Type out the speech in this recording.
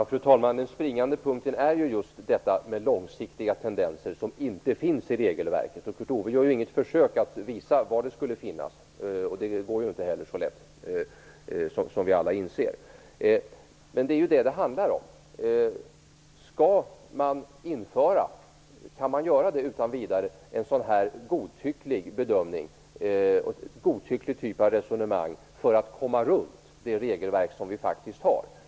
Fru talman! Den springande punkten är ju just detta med långsiktiga tendenser som inte finns i regelverket. Kurt Ove Johansson gör inget försök att visa var det skulle finnas, och det är - som vi alla inser - inte heller så lätt. Det är vad det handlar om. Kan man utan vidare införa en så godtycklig bedömning och ett så godtyckligt resonemang för att komma runt det regelverk som vi har?